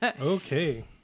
Okay